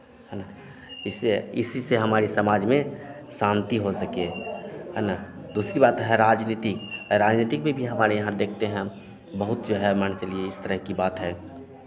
है ना इस से इसी से हमारी समाज में शांति हो सके है ना दूसरी बात है राजनीति राजनीतिक में भी हमारे यहाँ देखते हैं बहुत जो है मान के चलिए इस तरह की बात है